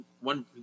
one